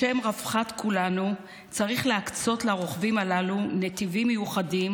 לשם רווחת כולנו צריך להקצות לרוכבים הללו נתיבים מיוחדים